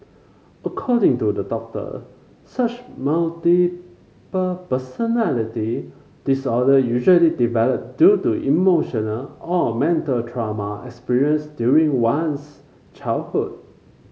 according to the doctor such multiple personality disorder usually develop due to emotional or mental trauma experienced during one's childhood